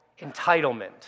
entitlement